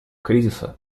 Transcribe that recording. кризиса